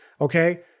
okay